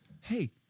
Hey